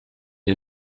est